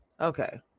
Okay